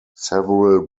several